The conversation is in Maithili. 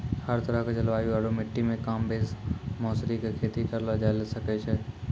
हर तरह के जलवायु आरो मिट्टी मॅ कमोबेश मौसरी के खेती करलो जाय ल सकै छॅ